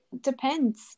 depends